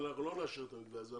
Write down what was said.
אבל אנחנו לא נאשר את המתווה הזה.